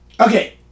okay